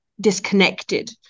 disconnected